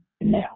Now